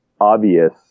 obvious